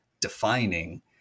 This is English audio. defining